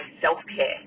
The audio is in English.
self-care